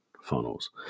funnels